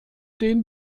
den